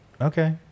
okay